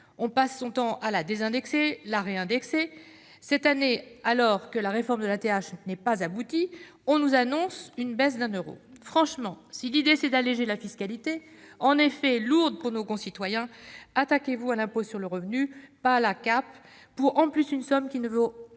passant notre temps à la désindexer puis à la réindexer. Cette année, alors que la réforme de la TH n'est pas aboutie, on nous annonce une baisse de 1 euro de la CAP ! Si l'idée est d'alléger la fiscalité, en effet lourde pour nos concitoyens, attaquez-vous à l'impôt sur le revenu, pas à la CAP, d'autant que cette somme ne veut